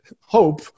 hope